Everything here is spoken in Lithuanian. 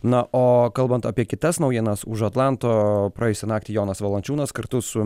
na o kalbant apie kitas naujienas už atlanto praėjusią naktį jonas valančiūnas kartu su